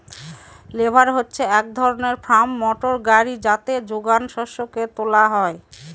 বেলার হচ্ছে এক ধরনের ফার্ম মোটর গাড়ি যাতে যোগান শস্যকে তোলা হয়